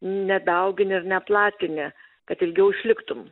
nedaugini ir neplatini kad ilgiau išliktum